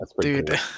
Dude